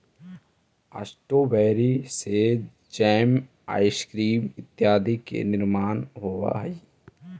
strawberry से jam, ice cream इत्यादि के निर्माण होवऽ हइ